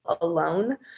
alone